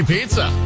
Pizza